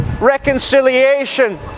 reconciliation